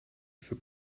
für